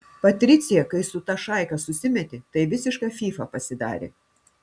patricija kai su ta šaika susimetė tai visiška fyfa pasidarė